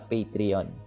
Patreon